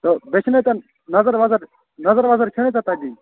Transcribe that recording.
تہٕ بیٚیہِ چھِنا ژےٚ نظر وَظر نظر وَظر چھےٚ نا ژےٚ تَتھ دِنۍ